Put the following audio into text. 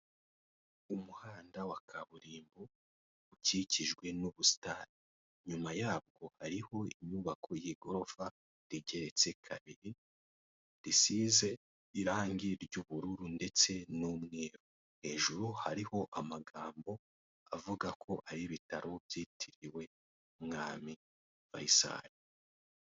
Umuhanda wa kaburimbo ukikijwe n'ubusitani inyuma yabwo hariho inyubako y'igorofa rigeretse kabiri risize irange ry'ubururu ndetse n'umweru, hejuru hariho amagambo avuga ko ari ibitaro byitiriwe umwami Faisal.